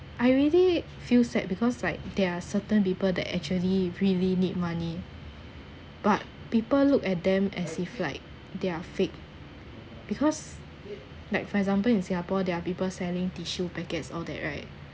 I really feel sad because like there are certain people that actually really need money but people look at them as if like they're fake because like for example in singapore there are people selling tissue packets all that right